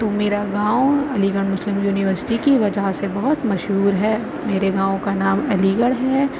تو میرا گاؤں علی گڑھ مسلم یونیورسٹی کی وجہ سے بہت مشہور ہے میرے گاؤں کا نام علی گڑھ ہے